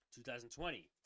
2020